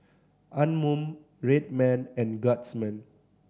Anmum Red Man and Guardsman